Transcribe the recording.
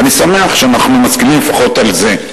ואני שמח שאנחנו מסכימים לפחות על זה.